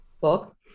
book